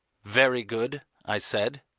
very good, i said.